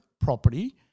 property